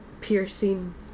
piercing